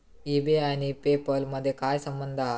E बे आणि PayPal मधे काय संबंध हा?